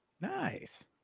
Nice